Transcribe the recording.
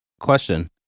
question